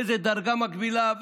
איזו דרגה מקבילה,